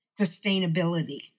sustainability